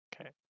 Okay